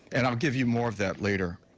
and um give you more of that later.